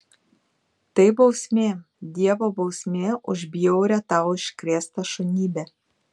tai bausmė dievo bausmė už bjaurią tau iškrėstą šunybę